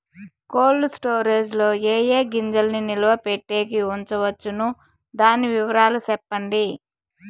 Cold storage లో ఏ ఏ గింజల్ని నిలువ పెట్టేకి ఉంచవచ్చును? దాని వివరాలు సెప్పండి?